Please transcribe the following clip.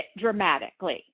dramatically